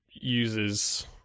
uses